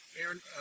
Aaron